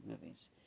movies